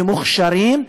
ומוכשרים,